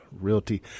Realty